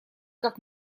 как